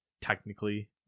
Technically